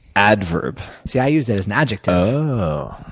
adverb. see, i use it as an adjective. oh,